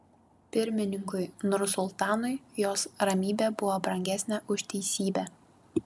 pirmininkui nursultanui jos ramybė buvo brangesnė už teisybę